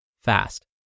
fast